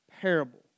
parable